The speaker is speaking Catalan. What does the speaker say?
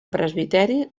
presbiteri